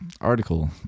article